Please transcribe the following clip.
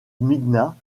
gmina